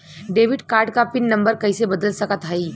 Debit card क pin number कइसे बदल सकत हई?